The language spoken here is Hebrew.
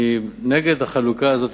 אני נגד החלוקה הזאת,